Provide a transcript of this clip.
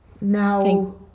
Now